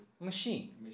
Machine